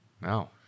No